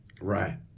Right